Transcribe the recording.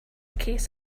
case